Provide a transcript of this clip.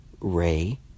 Ray